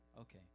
Okay